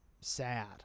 sad